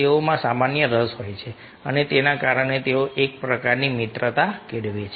તેઓમાં સામાન્ય રસ હોય છે અને તેના કારણે તેઓ એક પ્રકારની મિત્રતા કેળવે છે